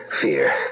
Fear